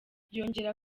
yongera